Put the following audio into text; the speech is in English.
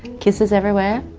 kisses everywhere.